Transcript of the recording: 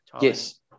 yes